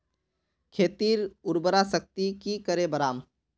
खेतीर उर्वरा शक्ति की करे बढ़ाम?